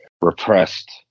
repressed